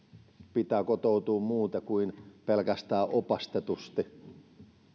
pitää kotoutua muuten kuin pelkästään opastetusti